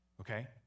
Okay